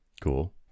Cool